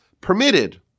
permitted